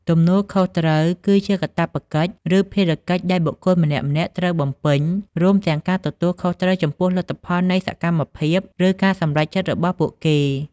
ទំនួលខុសត្រូវ គឺជាកាតព្វកិច្ច ឬភារកិច្ចដែលបុគ្គលម្នាក់ៗត្រូវបំពេញ រួមទាំងការទទួលខុសត្រូវចំពោះលទ្ធផលនៃសកម្មភាព ឬការសម្រេចចិត្តរបស់ពួកគេ។